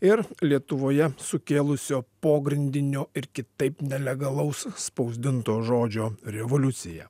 ir lietuvoje sukėlusio pogrindinio ir kitaip nelegalaus spausdinto žodžio revoliuciją